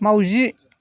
माउजि